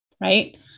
Right